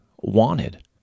wanted